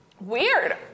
Weird